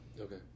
Okay